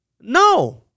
No